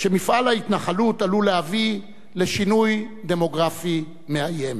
שמפעל ההתנחלות עלול להביא לשינוי דמוגרפי מאיים.